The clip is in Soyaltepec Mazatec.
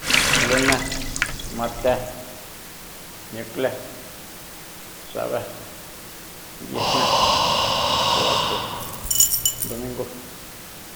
Lune mate miukle xabe biejnée xubato ndumingúu